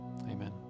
amen